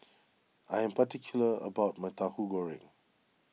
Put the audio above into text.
I am particular about my Tauhu Goreng